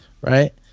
right